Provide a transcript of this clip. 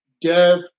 Death